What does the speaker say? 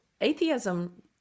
atheism